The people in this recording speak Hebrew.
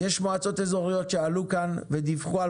יש מועצות אזוריות שעלו כאן ודיווחו על